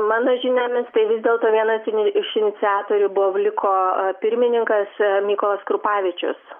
mano žiniomis tai vis dėlto vienas in iš iniciatorių buvo vliko pirmininkas mykolas krupavičius